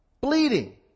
Bleeding